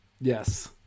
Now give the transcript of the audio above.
yes